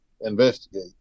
investigate